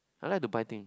I like to buy thing